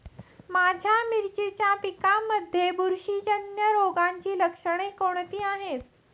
माझ्या मिरचीच्या पिकांमध्ये बुरशीजन्य रोगाची लक्षणे कोणती आहेत?